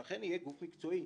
שאכן יהיה גוף מקצועי.